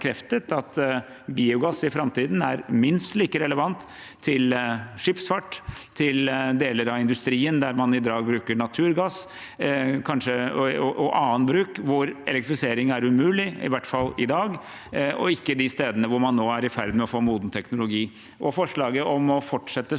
bekreftet at biogass i framtiden er minst like relevant til skipsfart, til deler av industrien der man i dag bruker naturgass, og til annen bruk hvor elektrifisering er umulig, i hvert fall i dag, og ikke de stedene hvor man nå er i ferd med å få en moden teknologi. Forslaget om å fortsette